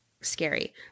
scary